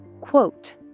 quote